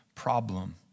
problem